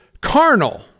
carnal